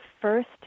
first